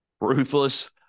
ruthless